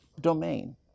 Domain